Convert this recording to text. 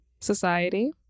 society